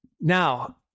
Now